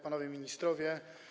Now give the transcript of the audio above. Panowie Ministrowie!